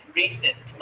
recent